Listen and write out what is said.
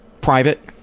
private